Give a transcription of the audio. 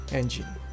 Engine